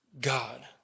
God